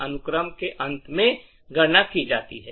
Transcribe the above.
के अनुक्रम के अंत में गणना की जाती है